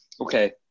okay